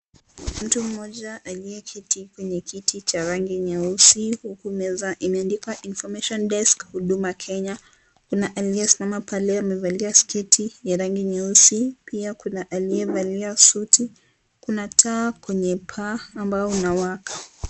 Mtu mmoja aliye keti kwenye kiti cha rangi nyeusi huku meza imeandikwa information desk huduma Kenya kuna aliye simama pale amevalia sketi ya rangi nyeusi pia kuna aliyevalia suti kuna taa kwenye paa ambao unawaka.